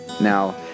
Now